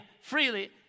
freely